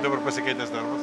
dabar pasikeitęs darbas